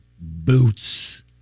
boots